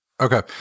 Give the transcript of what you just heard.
Okay